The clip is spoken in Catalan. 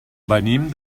venim